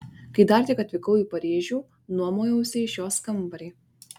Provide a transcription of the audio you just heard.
kai dar tik atvykau į paryžių nuomojausi iš jos kambarį